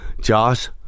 Josh